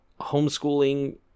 Homeschooling